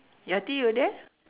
yati you there